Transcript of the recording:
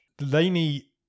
Lainey